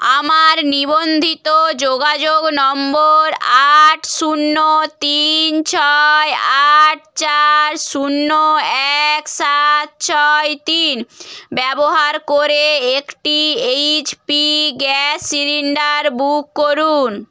আমার নিবন্ধিত যোগাযোগ নম্বর আট শূন্য তিন ছয় আট চার শূন্য এক সাত ছয় তিন ব্যবহার করে একটি H P gas cylinder book করুন